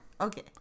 Okay